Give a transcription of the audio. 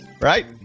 Right